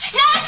no